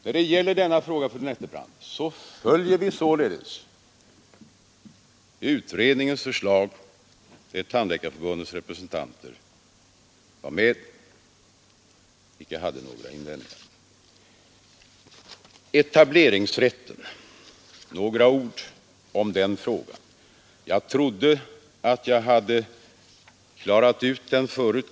När det gäller denna fråga, fru Nettelbrandt, så följer vi således utredningens förslag där Tandläkarförbundets representanter var med — och icke hade några invändningar. Etableringsrätten. Några ord om den frågan. Jag trodde att jag hade klarat ut den förut.